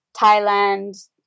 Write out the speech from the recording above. Thailand